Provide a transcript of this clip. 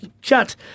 chat